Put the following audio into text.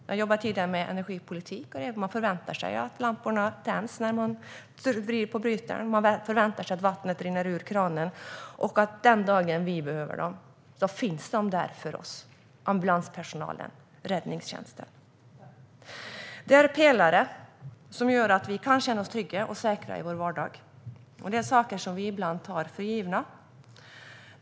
Jag jobbade tidigare med energipolitik, och man förväntar sig att lamporna tänds när man vrider på brytaren och att vattnet rinner ur kranen. Och vi förväntar oss att ambulanspersonalen och räddningstjänsten finns där för oss den dag som vi behöver dem. De är pelare som gör att vi kan känna oss trygga och säkra i vår vardag, och det är saker vi ibland tar för givna.